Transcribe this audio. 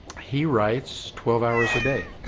he writes twelve hours a day,